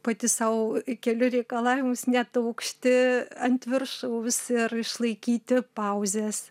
pati sau keliu reikalavimus netaukšti ant viršaus ir išlaikyti pauzes